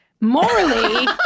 morally